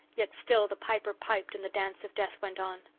yet still the piper piped and the dance of death went on.